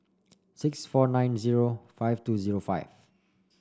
six four nine zero five two zero five